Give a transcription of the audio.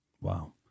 Wow